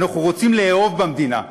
אנחנו רוצים לאהוב במדינה,